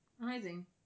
Amazing